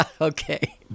Okay